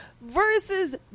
versus